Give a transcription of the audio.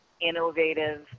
innovative